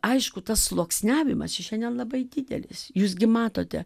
aišku tas sluoksniavimasis šiandien labai didelis jūs gi matote